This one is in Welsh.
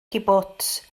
cibwts